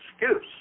excuse